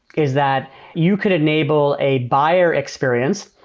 is that you can enable a buyer experience,